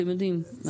אתם יודעים,